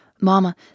Mama